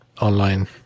online